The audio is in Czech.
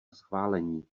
schválení